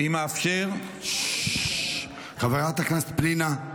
אם אאפשר -- חברת הכנסת פנינה,